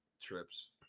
trips